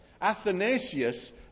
Athanasius